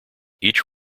each